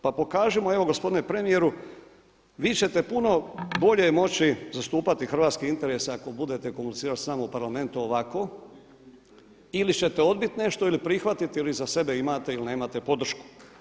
Pa pokažimo, evo gospodine premijeru vi ćete puno bolje moći zastupati hrvatske interese ako budete komunicirali s nama u Parlamentu ovako ili ćete odbiti nešto ili prihvatiti ili iza sebe imate ili nemate podršku.